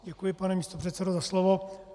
Děkuji, pane místopředsedo, za slovo.